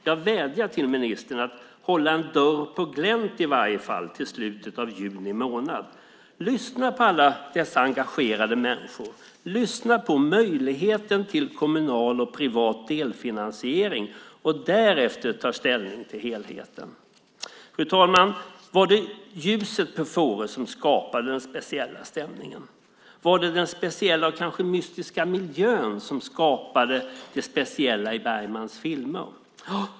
Jag vädjar till ministern att i varje fall hålla en dörr på glänt till slutet av juni månad. Lyssna på alla dessa engagerade människor! Lyssna på möjligheten till kommunal och privat delfinansiering och ta därefter ställning till helheten! Fru talman! Var det ljuset på Fårö som skapade den speciella stämningen? Var det den speciella och kanske mystiska miljön som skapade det speciella i Bergmans filmer?